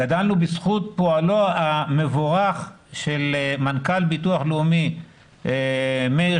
גדלנו בזכות פועלו המבורך של מנכ"ל ביטוח לאומי מאיר